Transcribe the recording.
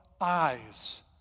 eyes